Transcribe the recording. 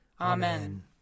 Amen